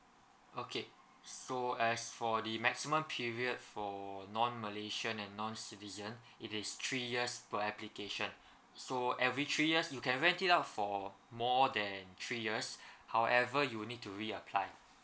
okay so as for the maximum period for non malaysian and non citizen it is three years per application so every three years you can rent it out for more than three years however you need to re apply